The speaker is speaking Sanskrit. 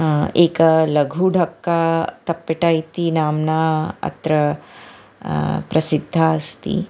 एक लघु ढक्का तप्पेट इति नाम्ना अत्र प्रसिद्धा अस्ति